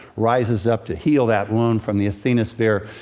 rises up to heal that wound from the asthenosphere,